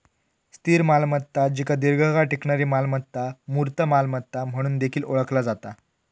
स्थिर मालमत्ता जिका दीर्घकाळ टिकणारी मालमत्ता, मूर्त मालमत्ता म्हणून देखील ओळखला जाता